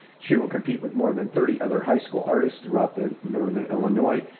she will compete with more than thirty other high school artists throughout the northern illinois,